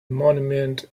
monument